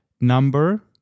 number